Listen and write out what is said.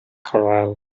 corral